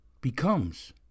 becomes